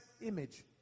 image